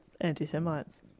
Anti-Semites